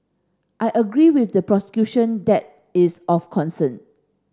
I agree with the prosecution that is of concern